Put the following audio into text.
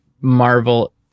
Marvel